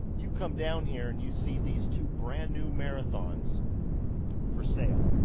you come down here and you see these two brand-new marathons for sale.